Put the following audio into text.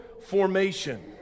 formation